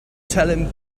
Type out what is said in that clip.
this